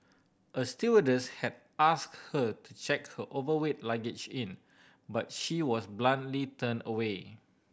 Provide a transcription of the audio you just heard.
a stewardess had asked her to check her overweight luggage in but she was bluntly turned away